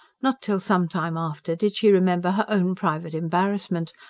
not till some time after did she remember her own private embarrassment.